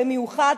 במיוחד,